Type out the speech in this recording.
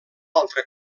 altre